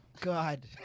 God